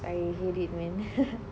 I hate it man